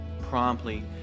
promptly